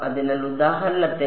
അതിനാൽ ഉദാഹരണത്തിന്